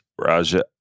Raja